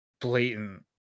blatant